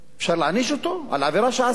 אפשר להעניש אותו על עבירה שעשה,